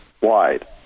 wide